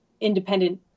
independent